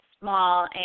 small